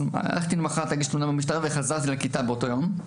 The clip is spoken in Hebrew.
למחרת הלכתי להגיש תלונה במשטרה וחזרתי לכיתה באותו היום.